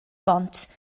bont